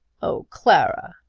oh, clara!